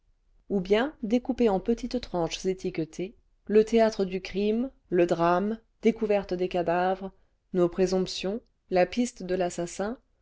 ou bien découpé en petites tranches étiquetées le théâtre du crime le drame découverte des cadavres nos présomptions la piste de l'assassin